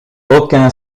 aucun